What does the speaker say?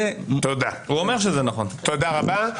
תודה רבה.